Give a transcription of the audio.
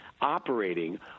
operating